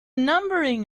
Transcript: numbering